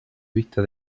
vista